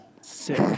Sick